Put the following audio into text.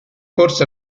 forse